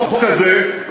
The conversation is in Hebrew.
החוק הזה,